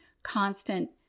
constant